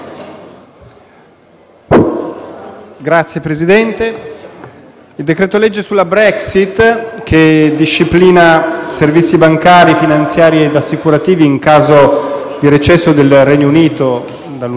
Signor Presidente, il decreto-legge sulla Brexit, che disciplina servizi bancari, finanziari ed assicurativi in caso di recesso del Regno Unito dall'Unione europea in assenza di un accordo,